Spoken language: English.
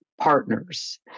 partners